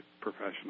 professional